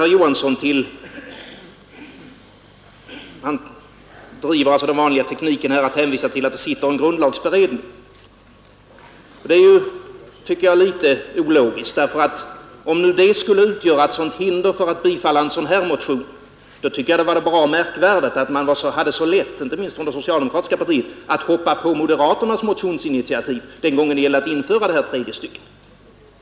Herr Johansson i Trollhättan använder den vanliga tekniken att hänvisa till pågående utredningar, i det här fallet grundlagberedningen. Det är, tycker jag, litet ologiskt; om nu det skulle utgöra ett sådant hinder för att bifalla en sådan här motion, då är det bra märkvärdigt att man — inte minst inom det socialdemokratiska partiet — hade så lätt att hoppa på moderaternas motionsinitiativ den gången då det gällde att införa detta tredje stycke.